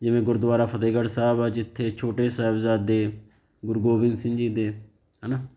ਜਿਵੇਂ ਗੁਰਦੁਆਰਾ ਫਤਿਹਗੜ੍ਹ ਸਾਹਿਬ ਆ ਜਿੱਥੇ ਛੋਟੇ ਸਾਹਿਬਜ਼ਾਦੇ ਗੁਰੂ ਗੋਬਿੰਦ ਸਿੰਘ ਜੀ ਦੇ ਹੈ ਨਾ